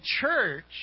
church